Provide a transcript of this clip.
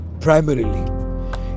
primarily